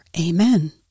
Amen